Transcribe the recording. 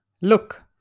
look